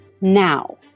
now